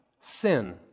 sin